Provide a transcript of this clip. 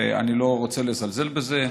ואני לא רוצה לזלזל בזה.